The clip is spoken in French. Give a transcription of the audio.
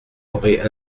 auraient